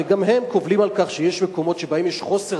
וגם הם קובלים על כך שיש מקומות שבהם יש חוסר